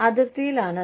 അതിർത്തിയിലാണ് അത്